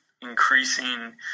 increasing